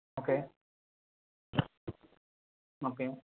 okay okay